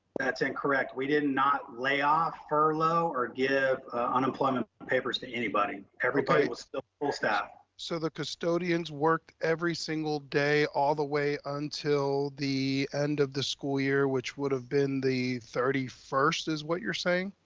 that's incorrect. we did not lay off furlough or give unemployment papers to anybody, everybody was still full staff. so the custodians worked every single day, all the way until the end of the school year, which would have been the thirty first is what you're saying?